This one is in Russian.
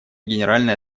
генеральной